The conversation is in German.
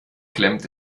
klemmt